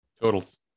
Totals